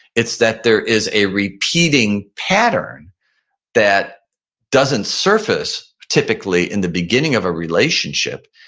it's that there is a repeating pattern that doesn't surface typically in the beginning of a relationship,